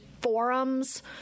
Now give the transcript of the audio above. forums